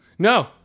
No